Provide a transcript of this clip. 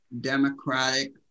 democratic